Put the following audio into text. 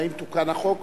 האם תוקן החוק,